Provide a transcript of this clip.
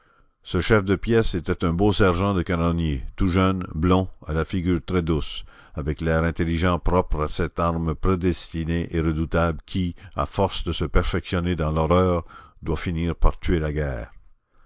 ce chef de pièce était un beau sergent de canonniers tout jeune blond à la figure très douce avec l'air intelligent propre à cette arme prédestinée et redoutable qui à force de se perfectionner dans l'horreur doit finir par tuer la guerre